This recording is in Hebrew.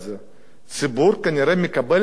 הציבור כנראה מקבל את הדוקטרינות.